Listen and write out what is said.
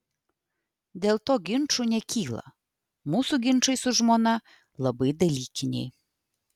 dėl to ginčų nekyla mūsų ginčai su žmona labai dalykiniai